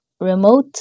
remote